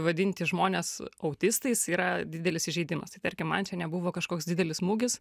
vadinti žmones autistais yra didelis įžeidimas tai tarkim man čia nebuvo kažkoks didelis smūgis